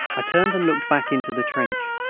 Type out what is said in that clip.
i turned and looked back into the trench.